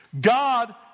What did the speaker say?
God